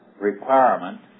requirement